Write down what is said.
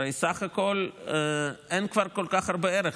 הרי בסך הכול, אין כבר כל כך הרבה ערך.